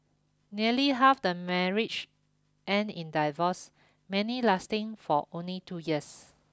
nearly half the marriage end in divorce many lasting for only two years